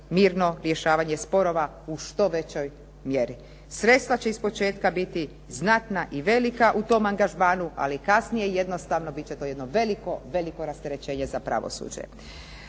mirno rješavanje sporova u što većoj mjeri. Sredstva će ispočetka biti znatna i velika u tom angažmanu, ali kasnije jednostavno bit će to jedno veliko, veliko rasterećenje za pravosuđe.